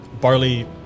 Barley